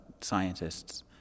scientists